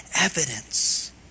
Evidence